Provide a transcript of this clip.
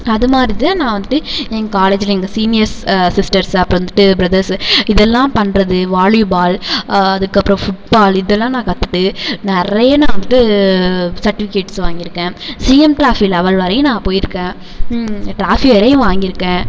அது மாதிரிதான் நான் வந்துட்டு என் காலேஜில் எங்கள் சீனியர்ஸ் சிஸ்டர்ஸ் அப்புறம் வந்துட்டு ப்ரதர்ஸு இதெல்லாம் பண்ணுறது வாலிபால் அதுக்கப்புறம் ஃபுட்பால் இதெல்லாம் நான் கத்துகிட்டு நிறைய நான் வந்துட்டு சர்ட்டிவிக்கேட்ஸ் வாங்கியிருக்கேன் சிஎம் ட்ராஃபி லெவல் வரையும் நான் போயிருக்கேன் ட்ராஃபி வரையும் வாங்கியிருக்கேன்